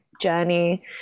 journey